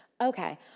Okay